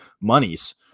monies